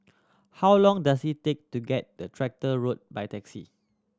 how long does it take to get the Tractor Road by taxi